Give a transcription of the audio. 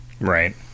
Right